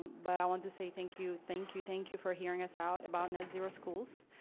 but i want to say thank you, thank you. thank you for hearing us out about netzero schools,